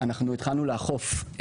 אנחנו התחלנו לאכוף,